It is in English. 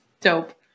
Dope